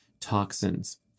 toxins